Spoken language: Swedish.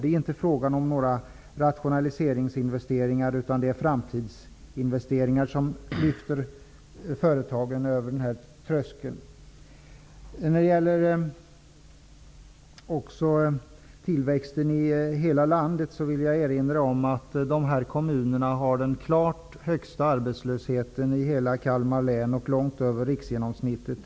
Det är inte fråga om några rationaliseringsinvesteringar, utan det är framtidsinvesteringar, som lyfter företagen över tröskeln. Jag vill också erinra om att de här kommunerna har den klart högsta arbetslösheten i hela Kalmar län och att den ligger långt över riksgenomsnittet.